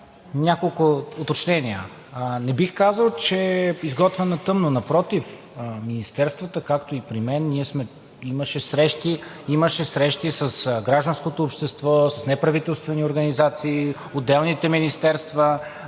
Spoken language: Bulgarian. Няколко уточнения. Не бих казал, че е изготвен на тъмно, а напротив. В министерствата, както и при мен, имаше срещи с гражданското общество, с неправителствените организации, с отделните министерства,